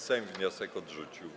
Sejm wniosek odrzucił.